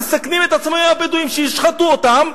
מסכנים את עצמם עם הבדואים שישחטו אותם,